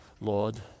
Lord